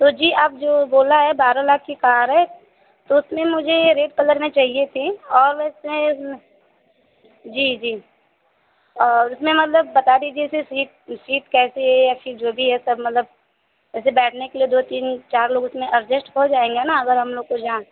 तो जी आप जो बोला है बारह लाख की कार है तो उसमें मुझे रेड कलर में चाहिए थी और उसमें जी जी और उसमें मतलब बता दीजिए फिर सीट सीट कैसी है या फिर जो भी है सब मतलब ऐसे बैठने के लिए दो तीन चार लोग उसमें एडजष्ट हो जाएँगे ना अगर हम लोग को जा